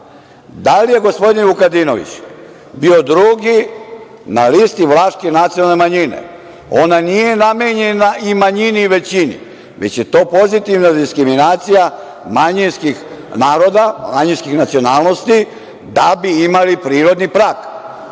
da li je gospodin Vukadinović bio drugi na listi Vlaške nacionalne manjine? Ona nije namenjena i manjini i većini, već je to pozitivna diskriminacija manjinskih naroda, manjinskih nacionalnosti da bi imali prirodni prag. Ako